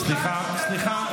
סליחה,